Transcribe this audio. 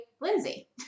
Lindsay